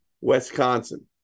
Wisconsin